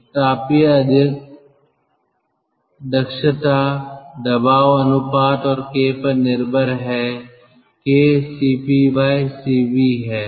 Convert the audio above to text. तो तापी अध्यक्षता दबाव अनुपात और k पर निर्भर है k CpCv है